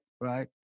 Right